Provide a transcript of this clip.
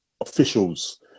officials